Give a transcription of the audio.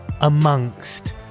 amongst